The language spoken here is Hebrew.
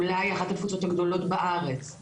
אולי אחת התפוצות הגדולות בארץ,